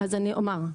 אז אני אגיד,